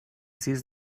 sis